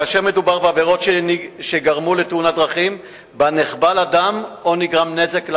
כאשר מדובר בעבירות שגרמו לתאונת דרכים שבה נחבל אדם או נגרם נזק לרכוש.